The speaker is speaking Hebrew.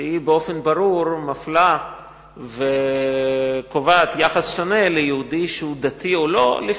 שהיא באופן ברור מפלה וקובעת יחס שונה ליהודי דתי או לא,